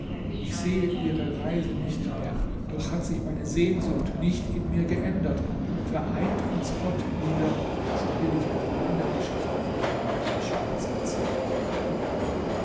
ich sehe ihre reise nicht mehr doch hat sich meine sehnsucht nicht in mir geändert vereint uns gott wieder so will ich eine lange geschichte von meinem liebesschmerz erzählen